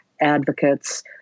advocates